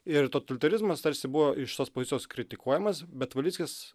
ir totalitarizmas tarsi buvo iš tos pozicijos kritikuojamas bet valickis